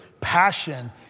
passion